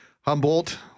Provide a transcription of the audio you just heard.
Humboldt